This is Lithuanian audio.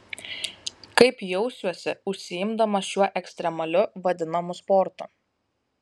kaip jausiuosi užsiimdamas šiuo ekstremaliu vadinamu sportu